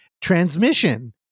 Transmission